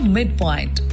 Midpoint